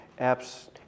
apps